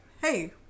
hey